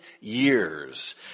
years